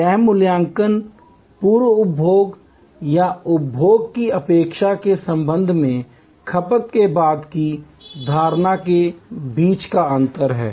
यह मूल्यांकन पूर्व उपभोग या उपभोग की अपेक्षा के संबंध में खपत के बाद की धारणा के बीच का अंतर है